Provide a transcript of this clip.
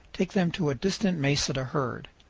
take them to a distant mesa to herd.